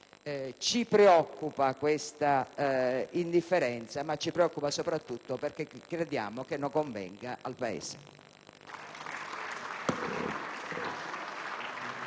Ci preoccupa questa indifferenza, ma ci preoccupa soprattutto perché crediamo che non convenga al Paese.